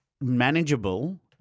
manageable